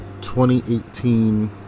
2018